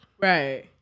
Right